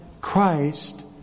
Christ